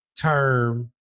Term